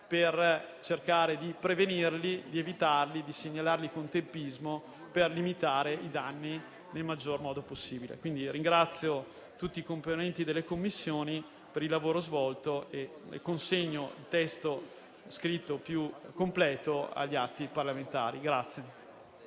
per cercare di prevenirli, evitarli e segnalarli con tempismo per limitare i danni nel maggior modo possibile. Quindi, ringrazio tutti i componenti delle Commissioni per il lavoro svolto e consegno il testo integrale del mio intervento